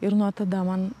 ir nuo tada man